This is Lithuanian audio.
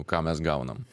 ką mes gaunam